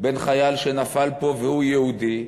בין חייל שנפל פה והוא יהודי,